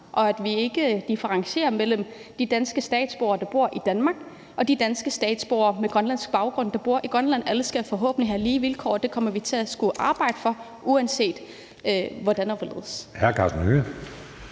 og at vi ikke differentierer imellem de danske statsborgere, der bor i Danmark, og de danske statsborgere med grønlandsk baggrund, der bor i Grønland. Alle skal forhåbentlig have lige vilkår, og det kommer vi til at skulle arbejde for, uanset hvordan og hvorledes.